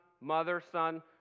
mother-son